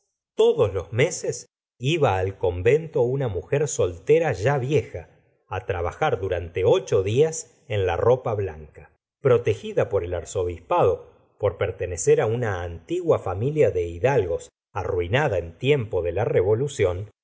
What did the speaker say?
todos los meses iba al convento una mujer soltera ya vieja á trabajar durante ocho días en la ropa blanca protegida por el arzobispado por pertenecer á una antigua familia de hidalgos arruinada en tiempo de la revolución